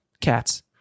Cats